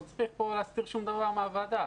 לא צריך להסתיר שום דבר מהוועדה.